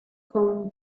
con